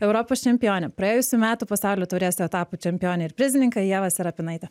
europos čempione praėjusių metų pasaulio taurės etapų čempione ir prizininke ieva serapinaite